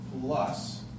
plus